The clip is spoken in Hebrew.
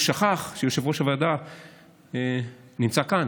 הוא שכח שיושב-ראש הוועדה נמצא כאן,